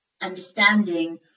understanding